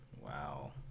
wow